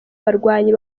barwanyi